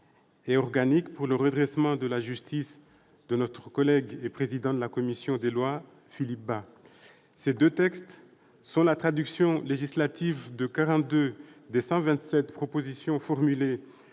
organique, pour le redressement de la justice, toutes deux présentées par le président de la commission des lois, M. Philippe Bas. Ces deux textes sont la traduction législative de 42 des 127 propositions formulées